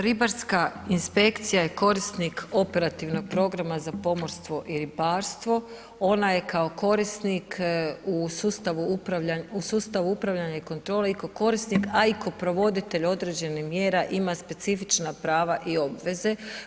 Ribarska inspekcija je korisnik operativnog programa za pomorstvo i ribarstvo, ona je kao korisnik u sustavu upravljanja i kontrole i kao korisnik a i kao provoditelj određenih mjera ima specifična prava i obveze.